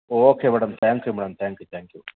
okay madam thank you madam thank you thank you